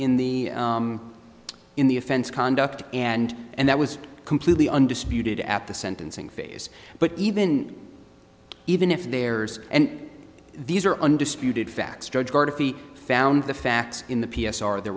in the in the offense conduct and and that was completely undisputed at the sentencing phase but even even if there's and these are undisputed facts judge or defeat found the facts in the p s r there